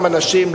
לאותם אנשים,